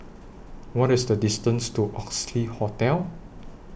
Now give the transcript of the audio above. What IS The distance to Oxley Hotel